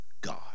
god